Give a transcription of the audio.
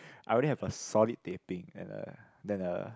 I only have a solid teh peng and a than a